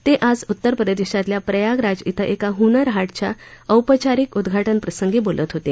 ते आज उत्तरप्रदेशातल्या प्रयाग राज इथं एका हुनर हाट च्या औपचारिक उद्घाटनप्रसंगी बोलत होते